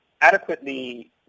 adequately